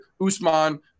Usman